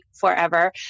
forever